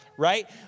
right